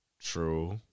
True